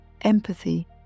empathy